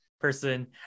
person